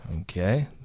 Okay